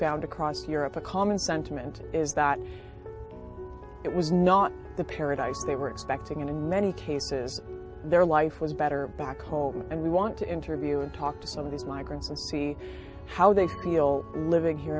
found across europe a common sentiment is that it was not the paradise they were expecting and in many cases their life was better back home and we want to interview and talk to some of these migrants and see how they feel living here